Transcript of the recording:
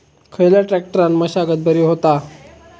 खयल्या ट्रॅक्टरान मशागत बरी होता?